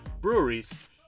breweries